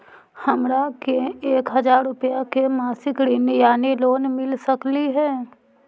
हमरा के एक हजार रुपया के मासिक ऋण यानी लोन मिल सकली हे?